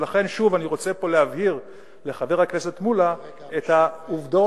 לכן שוב אני רוצה פה להבהיר לחבר הכנסת מולה את העובדות